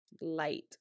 light